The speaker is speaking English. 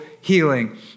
healing